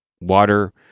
water